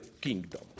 kingdom